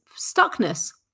stuckness